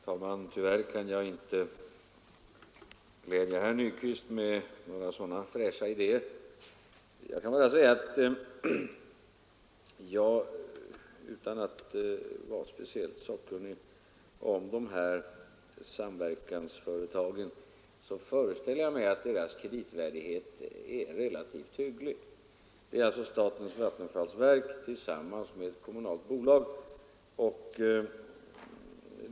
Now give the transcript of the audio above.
Herr talman! Tyvärr kan jag inte glädja herr Nyquist med några sådana fräscha idéer. Jag kan bara säga att jag, utan att vara speciellt sakkunnig när det gäller de här samverkansföretagen, föreställer mig att deras kreditvärdighet är relativt hygglig. Det är alltså statens vattenfallsverk tillsammans med ett kommunalt bolag som står för företaget.